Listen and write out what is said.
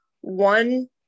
one